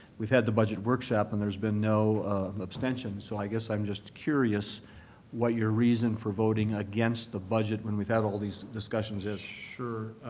we've had the budget workshop. and there's been no abstention. so i guess i'm just curious what your reason for voting against the budget when we've had all these discussions is. trustee